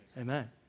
Amen